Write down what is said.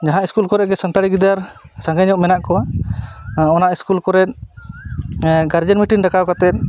ᱡᱟᱦᱟᱸ ᱤᱥᱠᱩᱞ ᱠᱚᱨᱮᱜᱮ ᱥᱟᱱᱛᱟᱲᱤ ᱜᱤᱫᱟᱹᱨ ᱥᱟᱸᱜᱮᱧᱚᱜ ᱢᱮᱱᱟᱜᱠᱚ ᱚᱱᱟ ᱤᱥᱠᱩᱞ ᱠᱚᱨᱮᱱ ᱜᱟᱨᱡᱮᱱ ᱢᱤᱴᱤᱱ ᱰᱟᱠᱟᱣ ᱠᱟᱛᱮᱫ